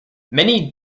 many